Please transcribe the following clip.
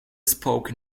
spoke